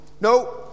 No